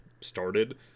started